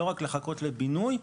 לא רק לחכות לבינוי,